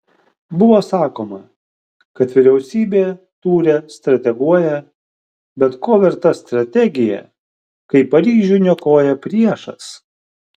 buvo sakoma kad vyriausybė tūre strateguoja bet ko verta strategija kai paryžių niokoja priešas